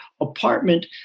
apartment